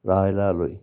राहायला आलोय